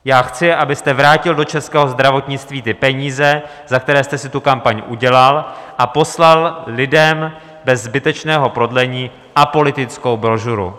Já chci, abyste vrátil do českého zdravotnictví ty peníze, za které jste si tu kampaň udělal, a poslal lidem bez zbytečného prodlení apolitickou brožuru.